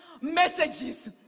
messages